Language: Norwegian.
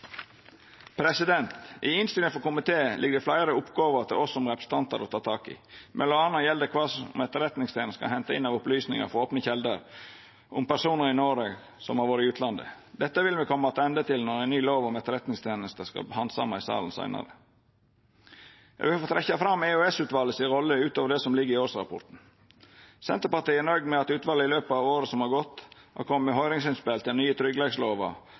i utviklinga. I innstillinga frå komiteen ligg det fleire oppgåver til oss som representantar å ta tak i. Mellom anna gjeld det kva etterretningstenesta kan henta inn av opplysningar frå opne kjelder om personar i Noreg som har vore i utlandet. Dette vil me koma attende til når ei ny lov om etterretningstenesta skal handsamast i salen seinare. Eg vil få trekkja fram EOS-utvalet si rolle utover det som ligg i årsrapporten. Senterpartiet er nøgd med at utvalet i løpet av året som har gått, har kome med høyringsinnspel til den nye tryggleikslova,